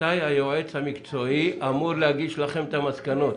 מתי היועץ המקצועי אמור להגיש לכם את המסקנות?